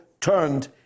turned